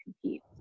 compete